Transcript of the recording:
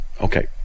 Okay